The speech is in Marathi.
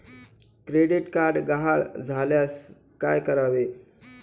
क्रेडिट कार्ड गहाळ झाल्यास काय करावे?